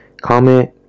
comment